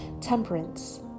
temperance